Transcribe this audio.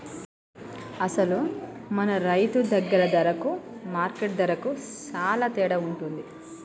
అసలు మన రైతు దగ్గర ధరకు మార్కెట్ ధరకు సాలా తేడా ఉంటుంది